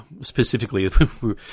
specifically